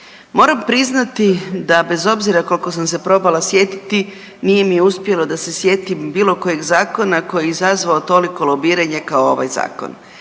Moram priznati da bez obzira koliko sam se probala sjetiti, nije mi uspjelo da se sjetim bilo kojeg zakona koji je izazvao toliko lobiranja kao ovaj Zakon.